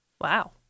Wow